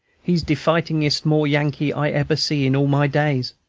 he's de fightingest more yankee i eber see in all my days.